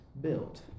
built